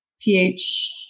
pH-